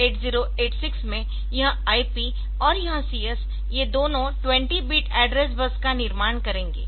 8086 में यह IP और यह CS ये दोनों 20 बिट एड्रेस बस का निर्माण करेंगे